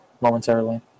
momentarily